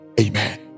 Amen